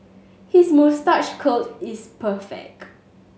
his moustache curl is perfect